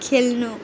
खेल्नु